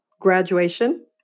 graduation